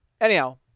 anyhow